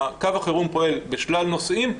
קו החירום פועל בשלל נושאים,